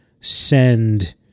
send